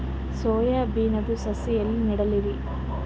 Soya ಬಿನದು ಸಸಿ ಎಲ್ಲಿ ನೆಡಲಿರಿ?